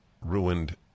ruined